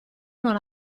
non